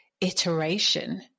iteration